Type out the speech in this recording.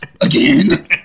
again